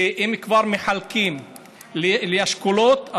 אם כבר מחלקים לאשכולות,